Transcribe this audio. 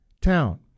town